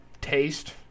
taste